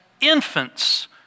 infants